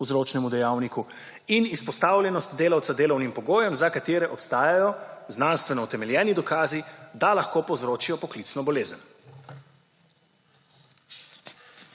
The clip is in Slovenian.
vzročnemu dejavniku, in izpostavljenost delavca delovnim pogojem, za katere obstajajo znanstveno utemeljeni dokazi, da lahko povzročijo poklicno bolezen.